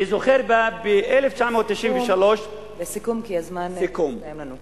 אני זוכר ב-1993, לסיכום, כי הזמן נגמר לנו.